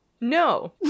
no